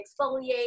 exfoliate